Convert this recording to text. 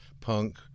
punk